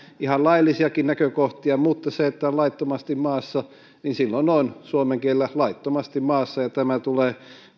ihan laillisiakin näkökohtia mutta kun on laittomasti maassa niin silloin on suomen kielellä laittomasti maassa ja tämä tulee